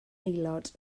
aelod